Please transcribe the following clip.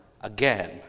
again